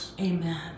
amen